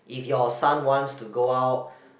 if your son wants to go out